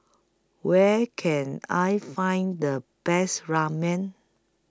Where Can I Find The Best Ramen